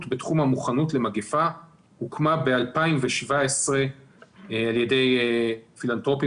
בתחום המוכנות למגפה שהוקמה ב-2017 על ידי פילנתרופים